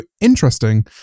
interesting